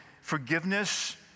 forgiveness